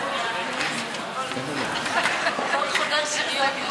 כולם לשבת.